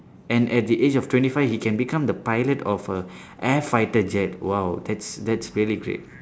and at the age of twenty five he can become the pilot of a air fighter jet !wow! that's that's really great